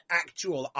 actual